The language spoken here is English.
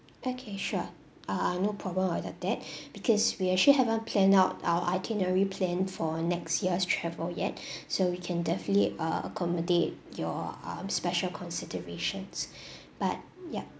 okay sure um no problem about that because we actually haven't planned out our itinerary plan for next year's travel yet so we can definitely uh accommodate your um special considerations but yup